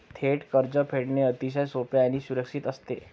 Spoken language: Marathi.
थेट कर्ज फेडणे अतिशय सोपे आणि सुरक्षित असते